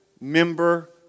member